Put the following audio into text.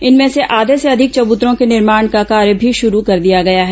इनमें से आधे से अधिक चबूतरों के निर्माण का कार्य भी शुरू कर दिया गया है